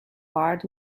part